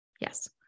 Yes